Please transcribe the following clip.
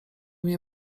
mnie